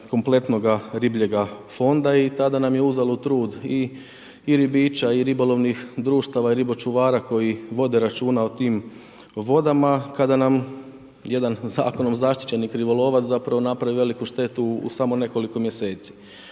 kompletnoga ribljega fonda i tada nam je uzalud trud i ribiča i ribolovnih društava i ribo čuvara koji vode računa o tim vodama kada nam jedan zakonom zaštićeni krivolovac zapravo napravi veliki štetu u samo nekoliko mjeseci.